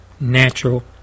natural